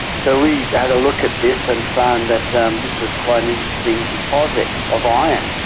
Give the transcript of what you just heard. so we had a look at this and found that this was quite an interesting deposit of iron.